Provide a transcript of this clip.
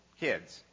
kids